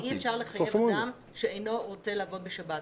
שאי-אפשר לחייב אדם שאינו רוצה לעבוד בשבת.